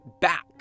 back